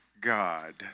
God